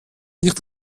nicht